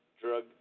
drug